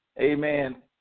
amen